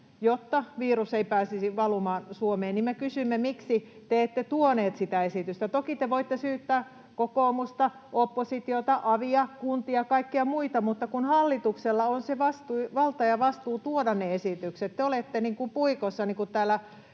jotta virus ei pääsisi valumaan Suomeen, me kysymme: miksi te ette tuoneet sitä esitystä? Toki te voitte syyttää kokoomusta, oppositiota, avia, kuntia, kaikkia muita, mutta kun hallituksella on se valta ja vastuu tuoda ne esitykset. Te olette puikoissa,